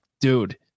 dude